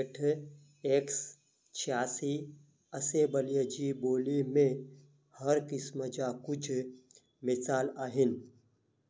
हेठि एक्स छहासी असेबलीअ जी ॿोली में हरु किस्मु जा कुझु मिसालु आहिनि